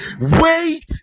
wait